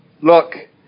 Look